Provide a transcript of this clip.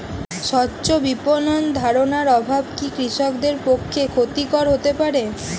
স্বচ্ছ বিপণন ধারণার অভাব কি কৃষকদের পক্ষে ক্ষতিকর হতে পারে?